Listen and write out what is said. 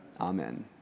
Amen